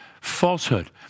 falsehood